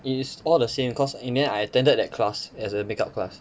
it is all the same cause in the end I attended that class as a makeup class